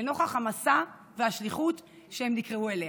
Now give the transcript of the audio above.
לנוכח המסע והשליחות שהם נקראים אליהם.